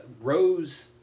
Rose